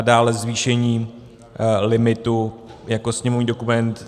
Dále zvýšení limitu jako sněmovní dokument 3347.